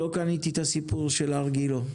לא קניתי את הסיפור של גילה.